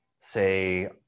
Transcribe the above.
say